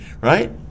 right